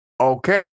Okay